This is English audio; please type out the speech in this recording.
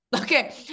Okay